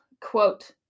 quote